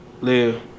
live